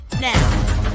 now